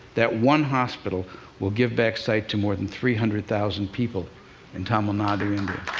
that one hospital will give back sight to more than three hundred thousand people in tamil nadu, india.